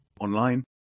online